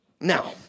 Now